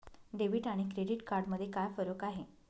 Debit आणि credit card मध्ये काय फरक आहे?